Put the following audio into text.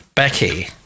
Becky